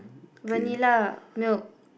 vanilla milk